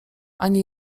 ani